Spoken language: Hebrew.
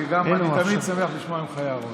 וגם אני תמיד שמח לשמוע ממך הערות.